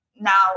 now